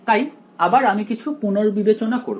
তাই আবার আমি কিছু পুনর্বিবেচনা করব